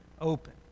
open